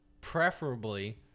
Preferably